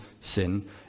sin